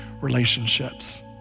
relationships